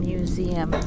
Museum